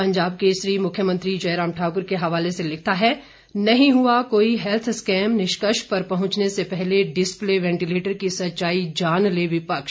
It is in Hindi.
पंजाब केसरी मुख्यमंत्री जयराम ठाकुर के हवाले से लिखता है नहीं हुआ कोई हैल्थ स्कैम निष्कर्ष पर पहुंचने से पहले डिस्प्ले वैंटिलेटर की सच्चाई जान ले विपक्ष